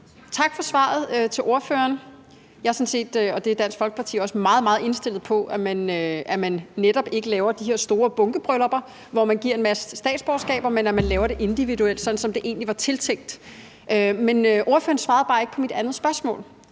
tak, formand. Tak til ordføreren for svaret. Jeg og Dansk Folkeparti er sådan set meget, meget indstillet på, at man netop ikke laver de her store bunkebryllupper, hvor man giver en masse statsborgerskaber, men at man laver det individuelt, som det egentlig var tiltænkt. Men ordføreren svarede bare ikke på mit andet spørgsmål.